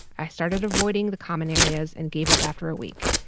i started avoiding the common areas and gave up after a week.